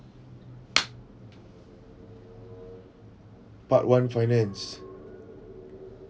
part one finance